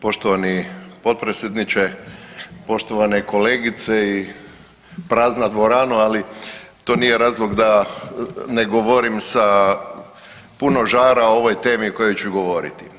Poštovani potpredsjedniče, poštovane kolegice i prazna dvorano, ali to nije razlog da ne govorim sa puno žara o ovoj temi o kojoj ću govoriti.